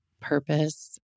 purpose